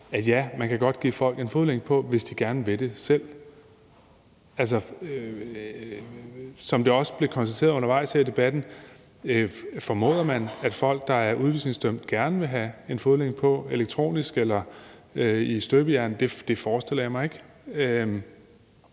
ja, man kan godt give folk en fodlænke på, hvis de gerne vil det selv. Som det også blev konstateret undervejs i debatten, formoder man, at folk, der er udvisningsdømte, gerne vil have en fodlænke på, elektronisk eller i støbejern. Det forestiller jeg mig ikke.